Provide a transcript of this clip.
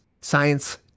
science